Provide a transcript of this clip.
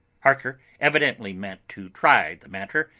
harker evidently meant to try the matter,